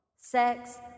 Sex